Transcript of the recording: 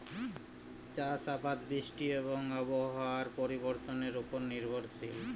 চাষ আবাদ বৃষ্টি এবং আবহাওয়ার পরিবর্তনের উপর নির্ভরশীল